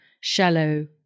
shallow